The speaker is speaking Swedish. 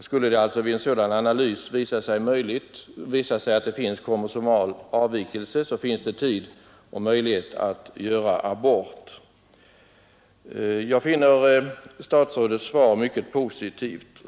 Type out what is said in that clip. Skulle det alltså vid en sådan analys visa sig, att det föreligger kromosomal avvikelse, finns det tid och möjlighet att göra abort. Jag finner statsrådets svar på min interpellation mycket positivt.